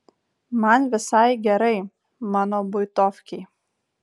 man visai gerai mano buitovkėj